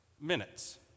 minutes